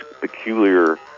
peculiar